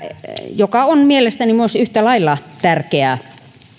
joka on mielestäni myös yhtä lailla tärkeä